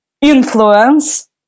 influence